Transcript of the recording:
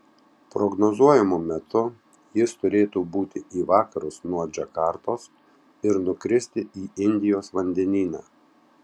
prognozuojamu metu jis turėtų būti į vakarus nuo džakartos ir nukristi į indijos vandenyną